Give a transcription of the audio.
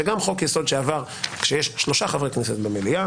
שגם חוק יסוד שעבר בנוכחות שלושה חברי כנסת במליאה